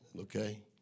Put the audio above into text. okay